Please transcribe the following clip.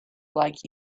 like